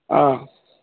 অঁ